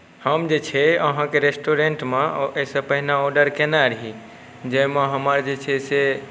हम जे छै अहाँके रेस्टुरेन्टमे एहिसँ पहिने आर्डर केने रही जाहिमे हमर जे छै से